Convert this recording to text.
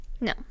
No